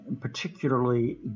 particularly